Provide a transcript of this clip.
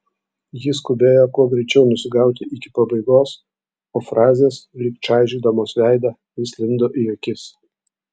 ji skubėjo kuo greičiau nusigauti iki pabaigos o frazės lyg čaižydamos veidą vis lindo į akis